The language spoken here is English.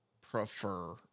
prefer